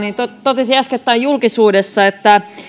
totesi äskettäin julkisuudessa että